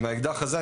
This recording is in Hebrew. ועם האקדח הזה,